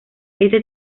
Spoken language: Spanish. este